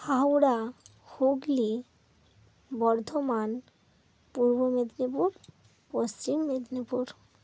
Howrah Hooghly Bardhaman Purba Medinipur Paschim Medinipur